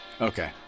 Okay